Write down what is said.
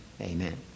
amen